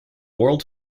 world